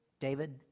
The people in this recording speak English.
David